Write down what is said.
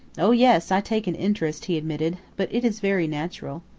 oh, yes, i take an interest, he admitted, but it is very natural.